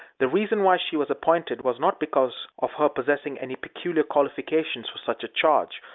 the reason why she was appointed was, not because of her possessing any peculiar qualifications for such a charge,